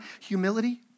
humility